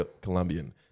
Colombian